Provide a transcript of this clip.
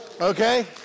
Okay